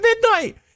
midnight